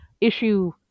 issue